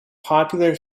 popular